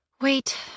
Wait